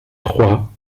trois